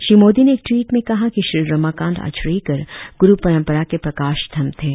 श्री मोदी ने एक ट्वीट में कहा कि श्री रमाकांत आचरेकर गुरु परंपरा के प्रकाश स्तम्भ थे